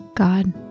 God